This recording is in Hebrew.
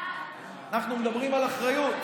אנחנו מדברים על אחריות,